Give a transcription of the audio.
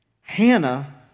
Hannah